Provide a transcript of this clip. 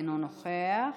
אינו נוכח.